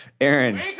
Aaron